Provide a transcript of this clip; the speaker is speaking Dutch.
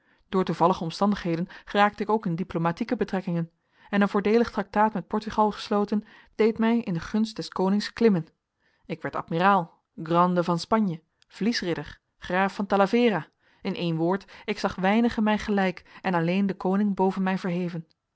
door toevallige omstandigheden geraakte ik ook in diplomatieke betrekkingen en een voordeelig tractaat met portugal gesloten deed mij in de gunst des konings klimmen ik werd admiraal grande van spanje vlies ridder graaf van talavera in één woord ik zag weinigen mij gelijk en alleen den koning boven mij verheven